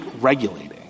regulating